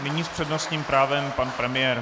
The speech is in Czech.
Nyní s přednostním právem pan premiér.